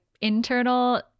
internal